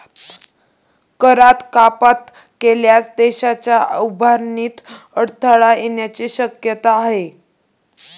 करात कपात केल्यास देशाच्या उभारणीत अडथळा येण्याची शक्यता आहे